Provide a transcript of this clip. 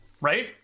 right